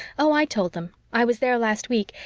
oh, i told them. i was there last week.